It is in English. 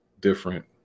different